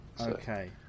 okay